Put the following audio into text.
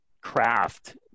craft